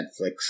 Netflix